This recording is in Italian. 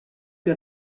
più